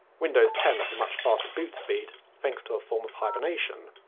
windows ten has a much faster boot speed thanks to a form of hibernation.